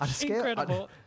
incredible